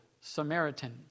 Samaritan